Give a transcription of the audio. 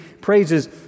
praises